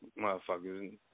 motherfuckers